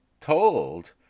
told